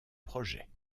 projet